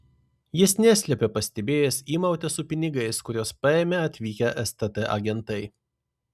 jis neslėpė pastebėjęs įmautę su pinigais kuriuos paėmė atvykę stt agentai